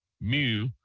mu